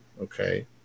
Okay